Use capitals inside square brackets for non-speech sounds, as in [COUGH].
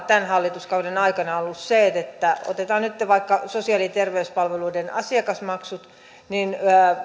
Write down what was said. [UNINTELLIGIBLE] tämän hallituskauden aikana on ollut se että otetaan nyt vaikka sosiaali ja terveyspalveluiden asiakasmaksut